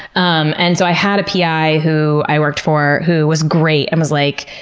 um and so i had a pi who i worked for who was great and was like,